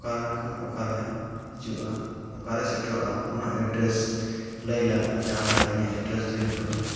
ᱚᱠᱟᱨᱮ ᱠᱷᱚᱱ ᱚᱠᱟᱨᱮ ᱦᱤᱡᱩᱜᱼᱟ ᱚᱠᱟᱨᱮ ᱥᱮᱴᱮᱨᱚᱜᱼᱟ ᱚᱱᱟ ᱮᱰᱰᱨᱮᱥ ᱞᱟᱹᱭ ᱞᱟᱜᱟᱜᱼᱟ ᱡᱟᱦᱟᱞᱮᱠᱟ ᱤᱧᱟᱹᱜ ᱮᱰᱰᱨᱮᱥ ᱫᱚ ᱦᱩᱭᱩᱜ ᱠᱟᱱᱟ